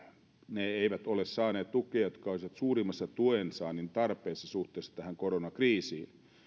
ne eivät ole saaneet tukea jotka olisivat suurimmassa tuen saannin tarpeessa suhteessa tähän koronakriisiin